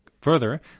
further